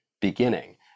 beginning